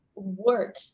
work